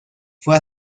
fue